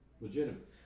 legitimate